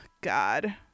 God